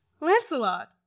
Lancelot